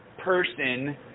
person